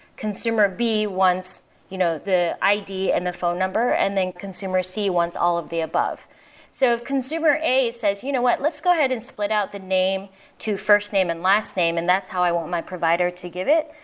consumer b wants you know the id and the phone number and then consumer c wants all of the above if so consumer a says, you know what? let's go ahead and split out the name to first name and last name and that's how i want my provider to give it.